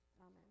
Amen